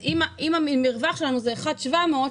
אם המרווח שלנו הוא 1.7 מיליון,